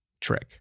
trick